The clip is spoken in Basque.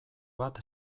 bat